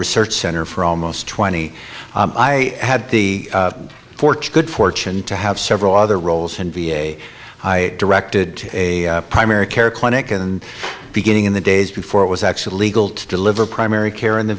research center for almost twenty i had the fortune good fortune to have several other roles in v a i directed a primary care clinic and beginning in the days before it was actually legal to deliver primary care in the